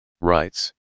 rights